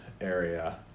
area